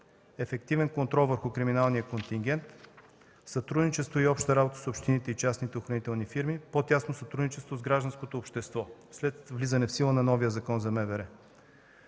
активен контрол върху криминалния контингент; сътрудничество и обща работа с общините и частните охранителни фирми, по-тясно сътрудничество с гражданското общество след влизане в сила на новия Закон за МВР